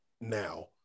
now